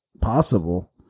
possible